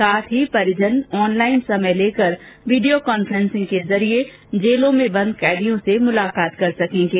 साथ ही परिजन लॉनलाइन समय लेकर वीडियो कॉन्फ्रेसिंग के जरिये जेलों में बंद कैदियों से मुलाकात कर सकेंगे